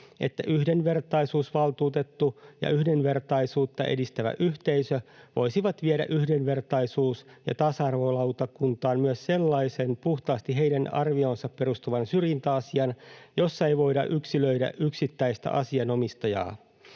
että yhdenvertaisuusvaltuutettu ja yhdenvertaisuutta edistävä yhteisö voisivat viedä yhdenvertaisuus- ja tasa-arvolautakuntaan myös sellaisen puhtaasti heidän arvioonsa perustuvan syrjintäasian, jossa ei voida yksilöidä yksittäistä asianomistajaa.